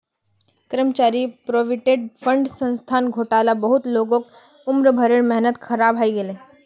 कर्मचारी provident fund संस्थार घोटालात बहुत लोगक उम्र भरेर मेहनत ख़राब हइ गेले